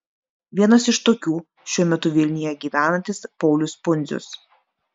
vienas iš tokių šiuo metu vilniuje gyvenantis paulius pundzius